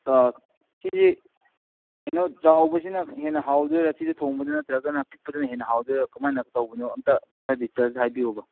ꯁꯤ ꯍꯦꯟꯅ ꯆꯥꯎꯕꯁꯤꯅ ꯍꯦꯟꯅ ꯍꯥꯎꯗꯣꯏꯔ ꯁꯤꯁꯦ ꯊꯦꯡꯕꯗ ꯅꯠꯇ꯭ꯔꯒꯅ ꯄꯤꯛꯄꯗꯅ ꯍꯦꯟꯅ ꯍꯥꯎꯗꯣꯏꯔ ꯀꯃꯥꯏꯅ ꯇꯧꯕꯅꯣ ꯑꯝꯇ ꯃꯥꯏ ꯗꯤꯇꯦꯜꯁꯇ ꯍꯥꯏꯕꯤꯌꯨꯕ